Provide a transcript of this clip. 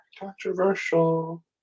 Controversial